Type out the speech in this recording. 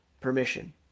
permission